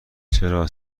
چرا